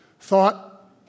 thought